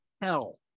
hell